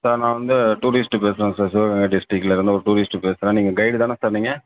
sir நான் வந்து tourist பேசுகிறேன் சார் சிவகங்கை டிஸ்டிக்லேருந்து ஒரு டூரிஸ்ட்டு பேசுகிறேன் நீங்கள் கெய்டு தானே சார் நீங்கள்